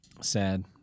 Sad